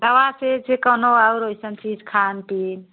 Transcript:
दवा फिर से कौनों और वैसी चीज़ खान पीन